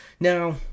Now